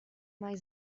mai